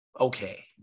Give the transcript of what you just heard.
okay